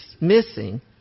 missing